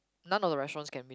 none of the restaurant can be